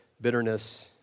bitterness